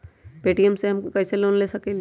Paytm से हम कईसे लोन ले सकीले?